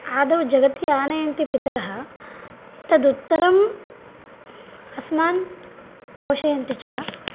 आदौ जगति आनयन्ति पितरः तदुत्तरम् अस्मान् पोषयन्ति च